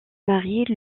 mariée